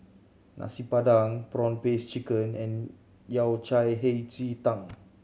Nasi Padang prawn paste chicken and Yao Cai Hei Ji Tang